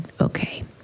okay